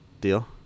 deal